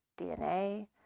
DNA